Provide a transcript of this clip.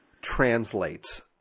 translate